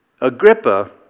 Agrippa